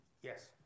Yes